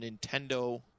Nintendo